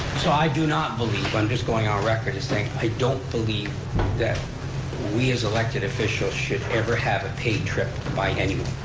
so i do not believe, i'm just going on record and saying, i don't believe that we, as elected officials, should ever have a paid by anyone.